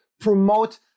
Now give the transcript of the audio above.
promote